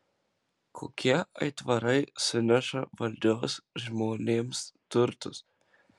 kokie aitvarai suneša valdžios žmonėms turtus